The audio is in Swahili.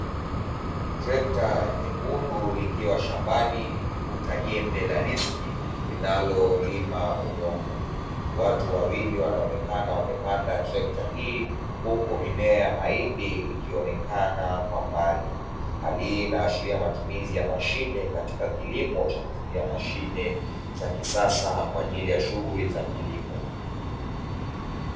Trekta nyekundu likiwa shambani likivuta jembe la diski linalolima udongo. Watu wawili wanaonekana wamepanda trekta hii huku mimea ya mahindi ikionekana kwa mbali. Hali hii inaashiria matumizi ya mashine katika kilimo cha kutumia mashine za kisasa kwa ajili ya shughuli za kilimo.